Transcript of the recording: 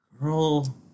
girl